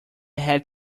had